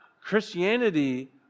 Christianity